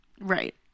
Right